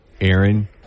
Aaron